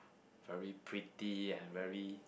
very pretty and very